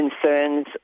concerns